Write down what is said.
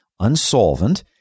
unsolvent